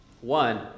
One